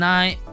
Night